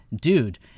Dude